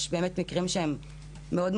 יש באמת מקרים מאוד מורכבים.